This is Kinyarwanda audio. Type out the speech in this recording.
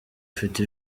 ufite